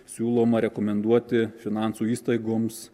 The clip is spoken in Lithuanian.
siūloma rekomenduoti finansų įstaigoms